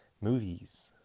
movies